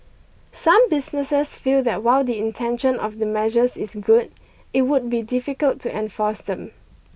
some businesses feel that while the intention of the measures is good it would be difficult to enforce them